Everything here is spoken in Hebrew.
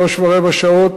שלוש ורבע שעות,